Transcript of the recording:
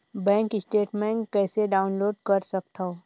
Bank statement कइसे download कर सकथव?